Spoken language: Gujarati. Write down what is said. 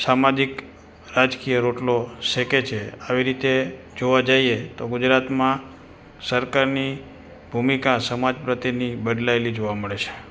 સામાજિક રાજકીય રોટલો શેકે છે આવી રીતે જોવા જઇએ તો ગુજરાતમાં સરકારની ભૂમિકા સમાજ પ્રત્યેની બદલાયેલી જોવા મળે છે